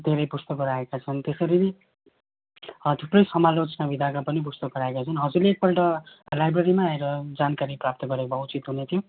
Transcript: धेरै पुस्तकहरू आएका छन् त्यसरी नै थुप्रै समालोचना विधाका पनि पुस्तकहरू आएका छन् हजुरले एक पल्ट लाइब्रेरीमा आएर जानकारी प्राप्त गरेको भए उचित हुने थियो